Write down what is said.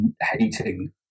hating